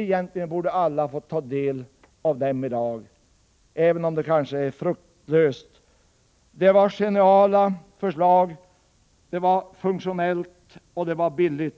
Egentligen borde alla ha fått ta del av ritningarna, även om det kanske är fruktlöst. Det fanns emellertid geniala förslag som var både funktionella och billiga.